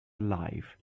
alive